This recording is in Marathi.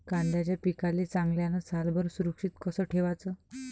कांद्याच्या पिकाले चांगल्यानं सालभर सुरक्षित कस ठेवाचं?